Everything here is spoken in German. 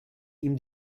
ihm